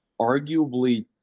arguably